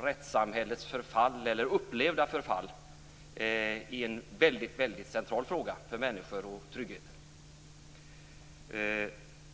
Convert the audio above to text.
rättssamhällets upplevda förfall, är en väldigt central fråga för människor och tryggheten.